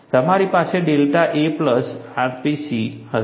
તમારી પાસે delta a plus rpc હશે